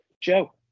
Joe